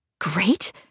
Great